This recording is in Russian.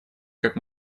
как